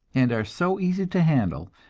and are so easy to handle,